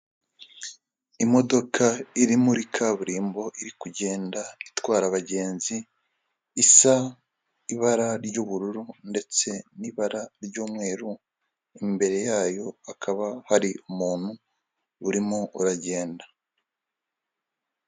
Imodoka iri muri kaburimbo iri kugenda itwara abagenzi isa ibara ry'ubururu ndetse n'ibara ry'umweru, imbere yayo hakaba hari umuntu urimo uragenda.